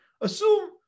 Assume